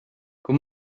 god